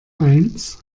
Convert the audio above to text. eins